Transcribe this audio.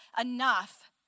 enough